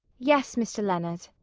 yes, mr. leonard.